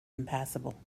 impassable